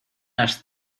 las